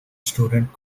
student